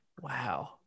wow